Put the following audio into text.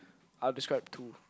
I will describe two